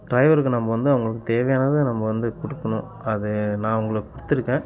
டிரைவருக்கு நம்ப வந்து அவங்களுக்குத் தேவையானதை நம்ப வந்து கொடுக்கணும் அது நான் அவங்களுக்கு கொடுத்துருக்கேன்